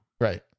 Right